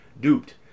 duped